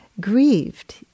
grieved